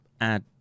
add